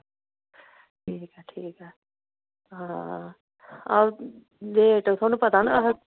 ठीक ऐ ठीक ऐ हां हां लेट थुआनूं पता ना